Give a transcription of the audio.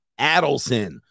Adelson